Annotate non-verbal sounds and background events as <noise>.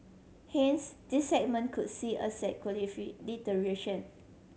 hence this segment could see asset <unintelligible>